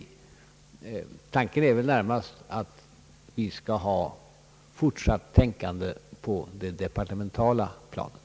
Avsikten är väl närmast att vi skall fortsätta med tänkandet på det departementala planet.